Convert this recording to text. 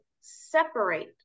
separate